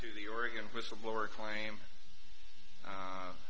to the oregon whistleblower claim